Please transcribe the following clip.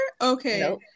okay